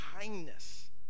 kindness